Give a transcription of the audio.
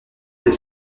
des